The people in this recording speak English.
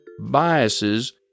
biases